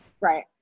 Right